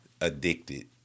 addicted